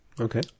Okay